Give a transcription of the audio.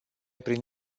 prin